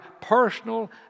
personal